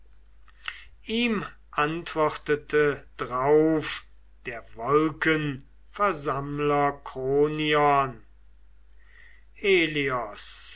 ihm antwortete drauf der wolkenversammler kronion